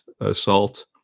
assault